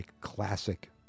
classic